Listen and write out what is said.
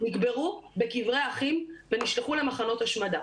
נקברו בקברי אחים ונשלחו למחנות השמדה,